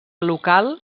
local